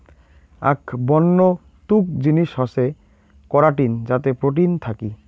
আক বন্য তুক জিনিস হসে করাটিন যাতে প্রোটিন থাকি